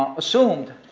um assumed